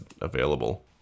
available